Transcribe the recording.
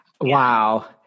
wow